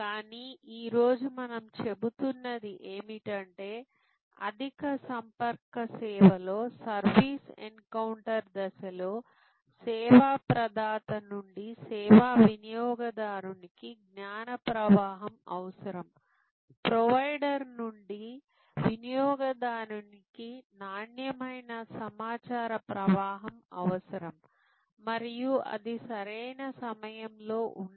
కానీ ఈ రోజు మనం చెబుతున్నది ఏమిటంటే అధిక సంపర్క సేవలో సర్వీస్ ఎన్కౌంటర్ దశలో సేవా ప్రదాత నుండి సేవా వినియోగదారునికి జ్ఞాన ప్రవాహం అవసరం ప్రొవైడర్ నుండి వినియోగదారునికి నాణ్యమైన సమాచార ప్రవాహం అవసరం మరియు అది సరైన సమయంలో ఉండాలి